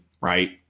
right